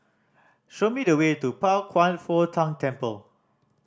show me the way to Pao Kwan Foh Tang Temple